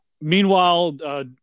meanwhile